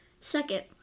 Second